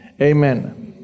amen